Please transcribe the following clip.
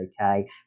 okay